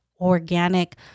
organic